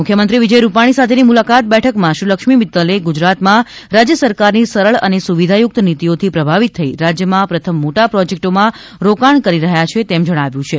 મુખ્યમંત્રી શ્રી વિજયભાઇ રૂપાણી સાથેની મુલાકાત બેઠકમાં શ્રી લક્ષ્મી મિત્તલે ગુજરાતમાં રાજ્ય સરકારની સરળ અને સુવિધાયુક્ત નિતિઓથી પ્રભાવિત થઇ રાજ્યમાં પ્રથમ મોટા પ્રોજેક્ટમાં રોકાણ કરી રહ્યા છે તેમ જણાવ્યું છે